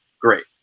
great